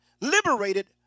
liberated